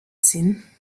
ziehen